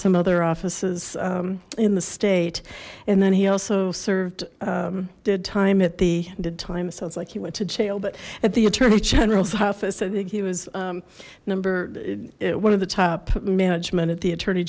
some other offices in the state and then he also served did time at the time it sounds like he went to jail but at the attorney general's office i think he was number one of the top management at the attorney